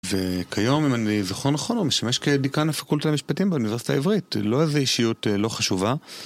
וכיום, אם אני זכור נכון, הוא משמש כדיקן הפקולטה למשפטים באוניברסיטה העברית, לא איזו אישיות לא חשובה.